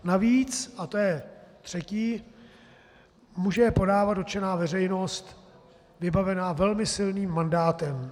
Navíc, a to je třetí, může je podávat dotčená veřejnost vybavená velmi silným mandátem.